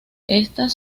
estas